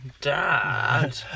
Dad